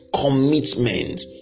commitment